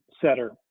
setter